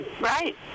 Right